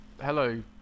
hello